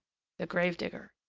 the grave-digger.